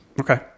okay